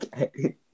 Okay